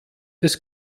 des